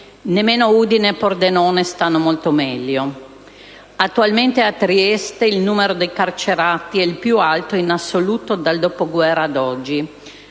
Nemmeno Udine e Pordenone stanno molto meglio. Attualmente a Trieste il numero dei carcerati è il più alto in assoluto dal dopoguerra ad oggi: